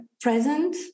present